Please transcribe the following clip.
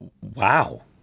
Wow